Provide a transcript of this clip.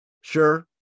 Sure